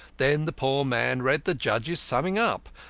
then the poor man read the judge's summing up,